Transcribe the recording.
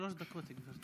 שלוש דקות, גברתי.